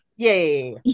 Yay